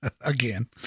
again